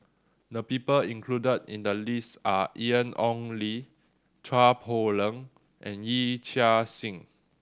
the people included in the list are Ian Ong Li Chua Poh Leng and Yee Chia Hsing